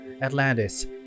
Atlantis